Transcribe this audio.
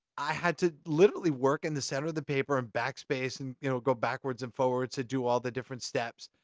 i had to literally work in the center of the paper, and backspace and you know go backwards and forwards, and do all the different steps.